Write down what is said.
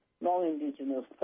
non-Indigenous